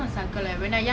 no